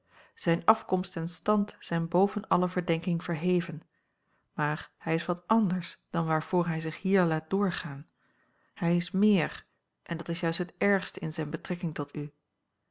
zijne afkomst en stand zijn boven alle verdenking verheven maar hij is wat anders dan waarvoor hij zich hier laat doorgaan hij is meer en dat is juist het ergste in zijne betrekking tot u